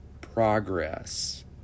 progress